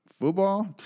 football